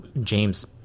James